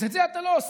אז את זה אתה לא עושה.